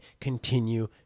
continue